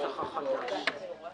לדיור ללא עמלת היוון בשל פירעון מוקדם),